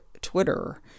Twitter